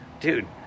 dude